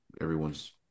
everyone's